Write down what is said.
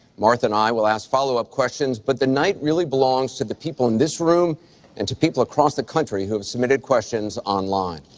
martha and i will ask follow-up questions but the night really belongs to the people in this room and to people across the country who committed questions online.